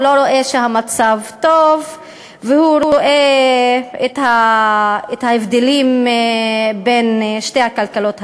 הוא לא רואה שהמצב טוב והוא רואה את ההבדלים בין שתי הכלכלות האלה.